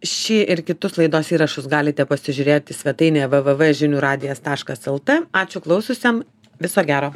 šį ir kitus laidos įrašus galite pasižiūrėti svetainėje v v v žinių radijas taškas lt ačiū klaususiem viso gero